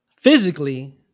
Physically